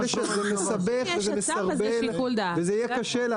זה מסבך וזה מסרבל, וזה יהיה קשה.